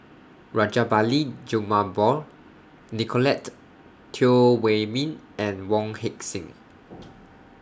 Rajabali Jumabhoy Nicolette Teo Wei Min and Wong Heck Sing